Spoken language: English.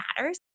matters